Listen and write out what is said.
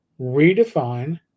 redefine